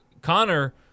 Connor